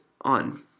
on